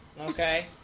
okay